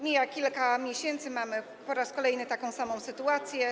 Minęło kilka miesięcy, mamy po raz kolejny taką samą sytuację.